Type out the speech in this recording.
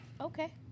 Okay